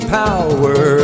power